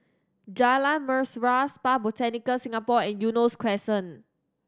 Jalan Mesra Spa Botanica Singapore and Eunos Crescent